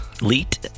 Leet